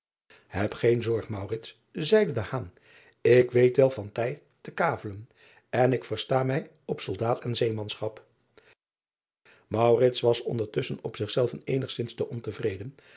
eb geen zorg zeide ik weet wel van tij te kavelen en ik versta mij op soldaat en zeemanschap was ondertusschen op zichzelven eenigzins te onvreden